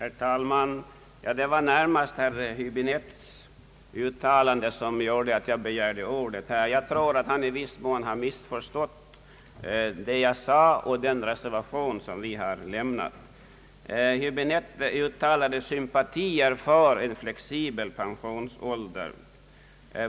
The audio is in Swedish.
Herr talman! Det var närmast herr Häbinettes uttalande som gjorde att jag begärde ordet. Jag tror att han i viss mån har missförstått det jag sade även som den reservation som vi har avlämnat. Herr Häbinette uttalade sympatier för en flexibel pensionsålder.